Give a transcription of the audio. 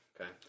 Okay